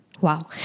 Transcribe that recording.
wow